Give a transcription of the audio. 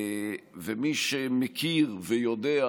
ומי שמכיר ויודע